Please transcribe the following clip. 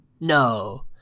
no